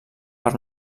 per